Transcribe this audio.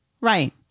Right